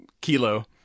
kilo